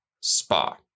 Spa